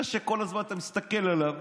זה שכל הזמן אתה מסתכל עליו,